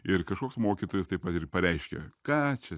ir kažkoks mokytojas taip pat ir pareiškė ką čia